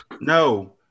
No